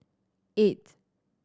eight